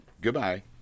Goodbye